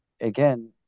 again